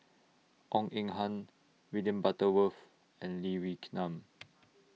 Goh Eng Han William Butterworth and Lee Wee Nam